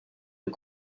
est